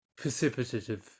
precipitative